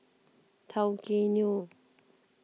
Tao Kae Noi